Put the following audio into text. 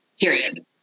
period